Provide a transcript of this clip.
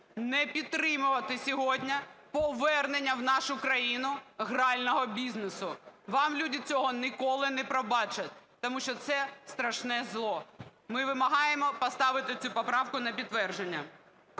не підтримувати сьогодні повернення в нашу країну грального бізнесу. Вам люди цього ніколи не пробачать, тому що це страшне зло. Ми вимагаємо поставити цю поправку на підтвердження.